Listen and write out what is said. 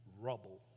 rubble